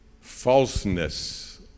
falseness